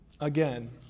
again